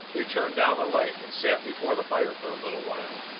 they turned down the light and sat before the fire for a little while,